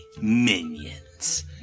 minions